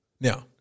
Now